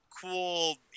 cool